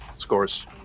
Scores